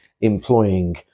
employing